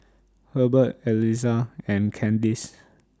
Herbert Elissa and Kandice